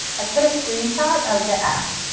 i put a screenshot of the app.